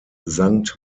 sankt